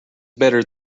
better